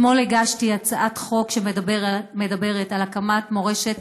אתמול הגשתי הצעת חוק שמדברת על הקמת מרכז למורשת